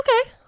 Okay